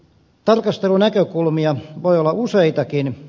tarkastelunäkökulmia voi olla useitakin